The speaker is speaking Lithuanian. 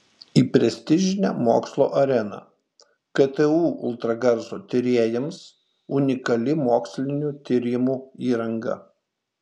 į prestižinę mokslo areną ktu ultragarso tyrėjams unikali mokslinių tyrimų įranga